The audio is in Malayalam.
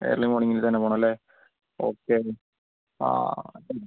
ഏർലി മോർണിംഗിൽ തന്നെ പോണം അല്ലെ ഓക്കേ ആ